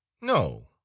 No